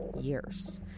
years